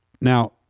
Now